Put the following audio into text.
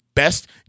best